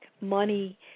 money